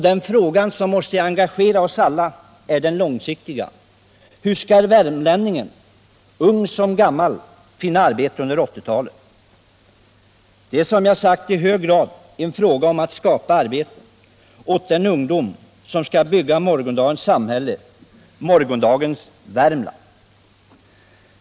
Den fråga som måste engagera oss alla är den långsiktiga: Hur skall värmlänningen — ung som gammal — finna arbete under 1980-talet? Det är, som jag sagt, i hög grad en fråga om att skapa arbeten åt den ungdom som skall bygga morgondagens samhälle — morgondagens Värmland.